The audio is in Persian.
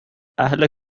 اهل